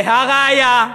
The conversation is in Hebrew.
והראיה,